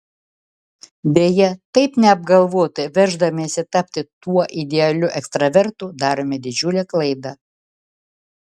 deja taip neapgalvotai verždamiesi tapti tuo idealiu ekstravertu darome didžiulę klaidą